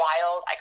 wild